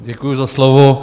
Děkuji za slovo.